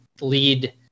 lead